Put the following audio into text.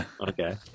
Okay